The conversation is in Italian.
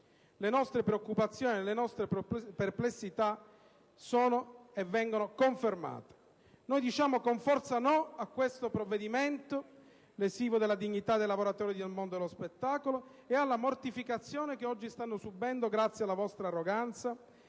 le nostre preoccupazioni e le nostre perplessità vengono confermate. Noi diciamo con forza "no" a questo provvedimento, lesivo della dignità dei lavoratori del mondo dello spettacolo, e alla mortificazione che oggi stanno subendo grazie alla vostra arroganza